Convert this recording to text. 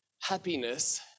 happiness